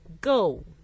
go